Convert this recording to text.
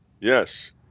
Yes